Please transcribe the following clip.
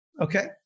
okay